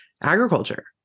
agriculture